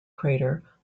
crater